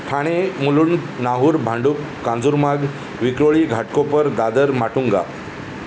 Thane Mulund Nahur Bhandup Kanjurmarg Vikhroli Ghatkopar Dadar Matunga